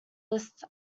list